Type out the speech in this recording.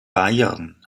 bayern